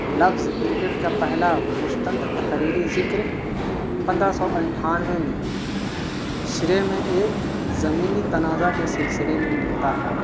لفظ کرکٹ کا پہلا مستند تحریری ذکر پندرہ سو اٹھانوے میں سرے میں ایک زمینی تنازع کے سلسلے میں ملتا ہے